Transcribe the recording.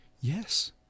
Yes